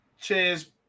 cheers